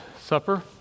Supper